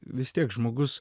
vis tiek žmogus